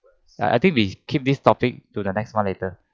I I think we keep this topic to the next one later